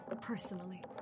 personally